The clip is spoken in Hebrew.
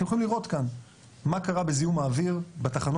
אתם יכולים לראות כאן מה קרה בזיהום האויר בתחנות